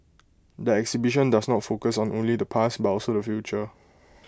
the exhibition does not focus on only the past but also the future